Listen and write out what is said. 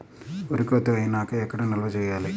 వరి కోత అయినాక ఎక్కడ నిల్వ చేయాలి?